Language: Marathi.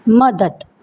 मदत